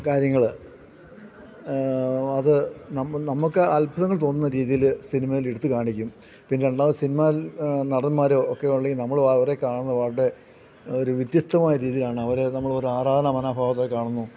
കാര്യങ്ങൾ അത് നമുക്ക് അത്ഭുതങ്ങൾ തോന്നുന്ന രീതിയിൽ സിനിമയിൽ എടുത്ത് കാണിക്കും പിന്നെ രണ്ടാമത് സിനിമായിൽ നടന്മാരോ ഒക്കെ ഉണ്ടെങ്കിൽ നമ്മളും അവരെ കാണുന്ന വളരെ ഒരു വ്യത്യസ്തമായ രീതിയിലാണ് അവരെ നമ്മൾ ഒരു ആരാധന മനോഭാവം ഒക്കെ കാണുന്നു